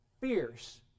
fierce